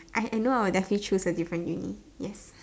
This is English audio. I I know I will definitely choose a different uni yes